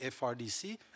FRDC